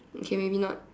okay maybe not